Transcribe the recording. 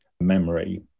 memory